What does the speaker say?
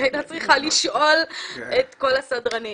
והיא הייתה צריכה לשאול את הסדרנים.